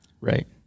right